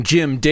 Jim